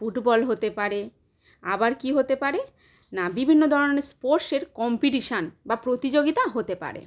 football হতে পারে আবার কী হতে পারে না বিভিন্ন ধরনের স্পোর্সের কম্পিটিশান বা প্রতিযোগিতা হতে পারে